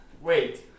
Wait